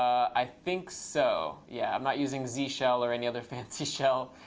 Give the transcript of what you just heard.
i think so. yeah, i'm not using z shell or any other fancy shell.